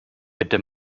bitte